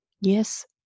Yes